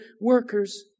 workers